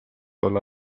olla